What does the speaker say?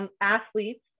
athletes